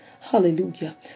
Hallelujah